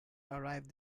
arrive